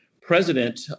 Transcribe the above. president